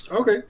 Okay